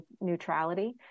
neutrality